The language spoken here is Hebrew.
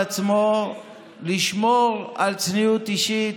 ראש הממשלה החליפי גזר על עצמו לשמור על צניעות אישית,